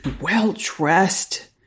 well-dressed